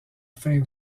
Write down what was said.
fin